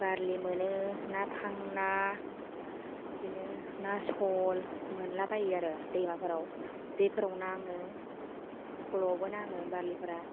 बारलि मोनो ना फांना इदिनो ना सल मोनला बाययो आरो दैमाफोराव जेफोराव नाङो पल'आवबो नाङो बारलिफोरा